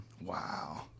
Wow